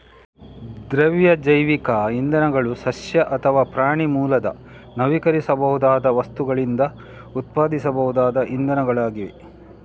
ದ್ರವ ಜೈವಿಕ ಇಂಧನಗಳು ಸಸ್ಯ ಅಥವಾ ಪ್ರಾಣಿ ಮೂಲದ ನವೀಕರಿಸಬಹುದಾದ ವಸ್ತುಗಳಿಂದ ಉತ್ಪಾದಿಸಬಹುದಾದ ಇಂಧನಗಳಾಗಿವೆ